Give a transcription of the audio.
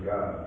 God